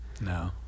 No